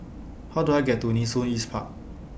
How Do I get to Nee Soon East Park